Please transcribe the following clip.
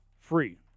free